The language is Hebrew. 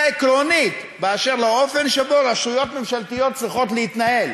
עקרונית באשר לאופן שבו רשויות ממשלתיות צריכות להתנהל,